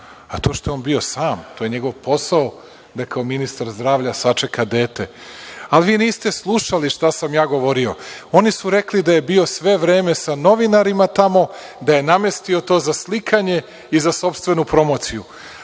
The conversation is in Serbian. a to što je on bio sam, to je njegov posao, da kao ministar zdravlja sačeka dete. Ali, vi niste slušali šta sam ja govorio. Oni su rekli da je bio sve vreme sa novinarima tamo, da je namestio to za slikanje i za sopstvenu promociju.